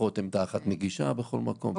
לפחות עמדה אחת נגישה בכל מקום וכו'.